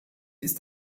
ist